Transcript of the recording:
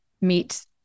meet